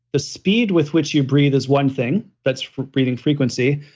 the speed with which you breathe is one thing that's for breathing frequency,